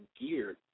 geared